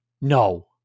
no